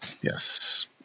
Yes